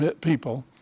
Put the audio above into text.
people